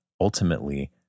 ultimately